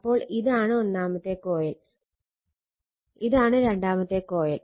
അപ്പോൾ ഇതാണ് ഒന്നാമത്തെ കോയിൽ ഇതാണ് രണ്ടാമത്തെ കോയിൽ